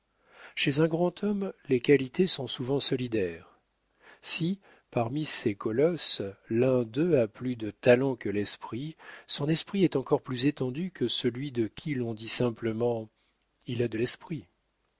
chez un grand homme les qualités sont souvent solidaires si parmi ces colosses l'un d'eux a plus de talent que d'esprit son esprit est encore plus étendu que celui de qui l'on dit simplement il a de l'esprit